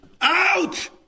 Out